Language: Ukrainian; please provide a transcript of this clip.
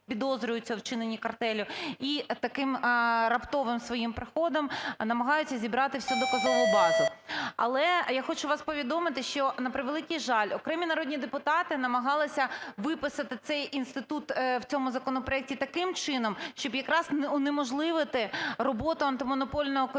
підозрюються у вчиненні картелю і таким раптовим своїм приходом намагаються зібрати всю доказову базу. Але я хочу вас повідомити, що, на превеликий жаль, окремі народні депутати намагалися виписати цей інститут в цьому законопроекті таким чином, щоб якраз унеможливити роботу Антимонопольного комітету